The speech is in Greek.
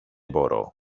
μπορώ